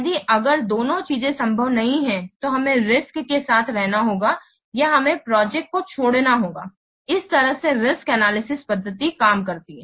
यदि अगर दोनों चीजें संभव नहीं हैं तो हमें रिस्क्स के साथ रहना होगा या हमें प्रोजेक्ट को छोड़ना होगा इस तरह से रिस्क एनालिसिस पद्धति काम करती है